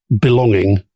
belonging